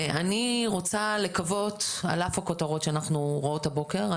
ואני רוצה לקוות על אף הכותרות שאנחנו רואות הבוקר,